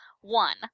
one